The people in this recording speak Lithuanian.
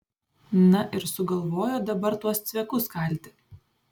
na ir sugalvojo dabar tuos cvekus kalti